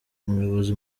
umuyobozi